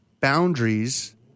boundaries